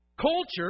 Culture